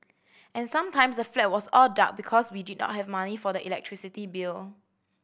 and sometimes the flat was all dark because we did not have money for the electricity bill